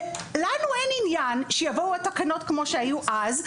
לנו אין עניין שיבואו התקנות כמו שהיו אז.